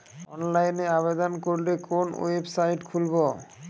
অনলাইনে আবেদন করলে কোন ওয়েবসাইট খুলব?